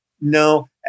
no